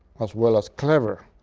as well as clever,